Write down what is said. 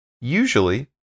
Usually